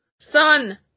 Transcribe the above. Son